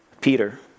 Peter